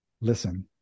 listen